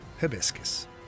hibiscus